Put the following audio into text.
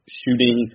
shooting